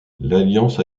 l’alliance